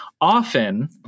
often